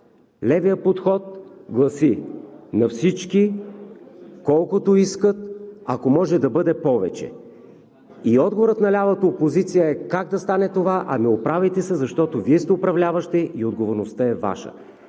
Левият подход гласи: на всички колкото искат, ако може да бъде повече. Отговорът на лявата опозиция е: как да стане това? Ами, оправяйте се, защото Вие сте управляващи и отговорността е Ваша.